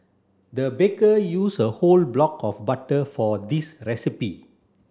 the baker use a whole block of butter for this recipe